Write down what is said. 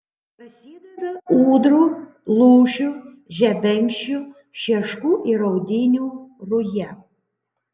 prasideda ūdrų lūšių žebenkščių šeškų ir audinių ruja